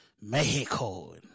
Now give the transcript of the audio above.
Mexico